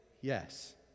yes